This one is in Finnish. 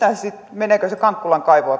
meneekö kaikki se saatu tieto kankkulan kaivoon